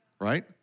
right